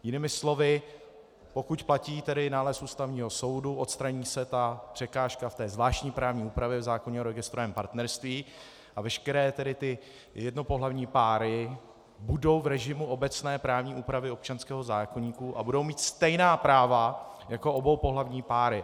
Jinými slovy, pokud platí nález Ústavního soudu, odstraní se ta překážka ve zvláštní právní úpravě, v zákoně o registrovaném partnerství, a veškeré jednopohlavní páry budou v režimu obecné právní úpravy občanského zákoníku a budou mít stejná práva jako oboupohlavní páry.